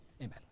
amen